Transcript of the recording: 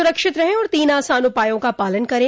सुरक्षित रहें और तीन आसान उपायों का पालन करें